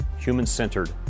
human-centered